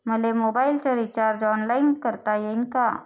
मले मोबाईलच recharge online करता येईन का?